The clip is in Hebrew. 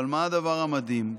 אבל מה הדבר המדהים?